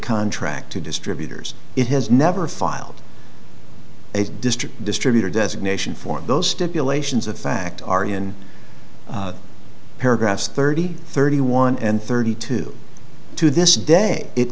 contract to distributors it has never filed a district distributor designation for those stipulations of fact are in paragraphs thirty thirty one and thirty two to this day it